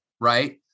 Right